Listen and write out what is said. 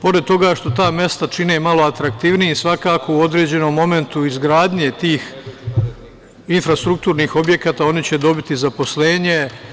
Pored toga što ta mesta čine malo atraktivnijim, svakako u određenom momentu izgradnje tih infrastrukturnih objekata, one će dobiti zaposlenje.